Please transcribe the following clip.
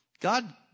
God